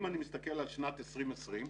אם אני מסתכל על שנת 2020,